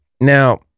now